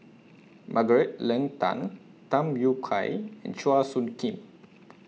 Margaret Leng Tan Tham Yui Kai and Chua Soo Khim